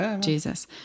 Jesus